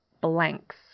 blanks